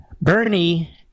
Bernie